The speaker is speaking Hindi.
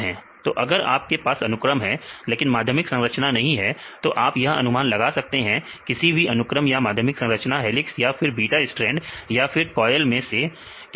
तो अगर आपके पास अनुक्रम है लेकिन माध्यमिक संरचना नहीं है तो आप यह अनुमान लगा सकते हैं किस अनुक्रम का माध्यमिक संरचना हेलिक्स या फिर बीटा स्टैंड या फिर क्वायल में से क्या हो सकता है